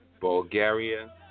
Bulgaria